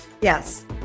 Yes